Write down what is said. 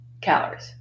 calories